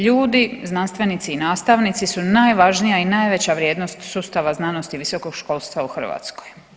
Ljudi, znanstvenici i nastavnici su najvažnija i najveća vrijednost sustava znanosti i visokog školstva u Hrvatskoj.